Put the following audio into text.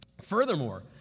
Furthermore